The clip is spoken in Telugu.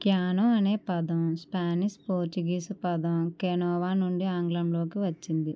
క్యానో అనే పదం స్పానిష్ పోర్చుగీస్ పదం కెనోవా నుండి ఆంగ్లంలోకి వచ్చింది